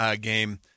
game